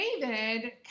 David